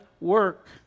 work